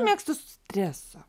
mėgstu stresą